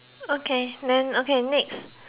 okay then okay next